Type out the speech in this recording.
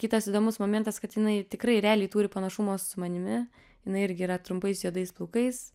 kitas įdomus momentas kad jinai tikrai realiai turi panašumo su manimi jinai irgi yra trumpais juodais plaukais